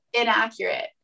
inaccurate